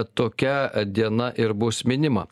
tokia diena ir bus minima